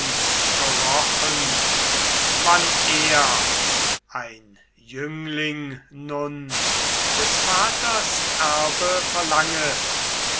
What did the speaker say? gerochen wann er ein jüngling nun des vaters erbe verlanget